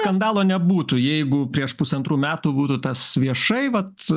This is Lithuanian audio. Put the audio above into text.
skandalo nebūtų jeigu prieš pusantrų metų būtų tas viešai vat